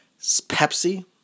Pepsi